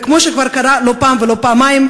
כמו שכבר קרה לא פעם ולא פעמיים,